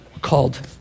called